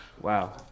Wow